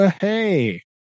Hey